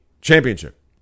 championship